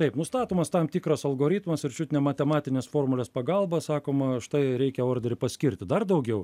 taip nustatomas tam tikras algoritmas ir čiut ne matematinės formulės pagalba sakoma štai reikia orderį paskirti dar daugiau